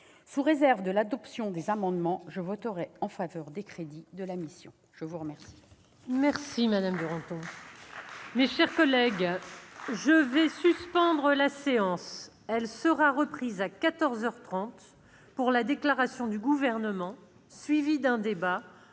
Sous réserve de l'adoption des amendements, je voterai en faveur des crédits de la mission. Mes chers